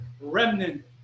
remnant